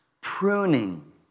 Pruning